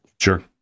Sure